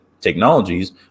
technologies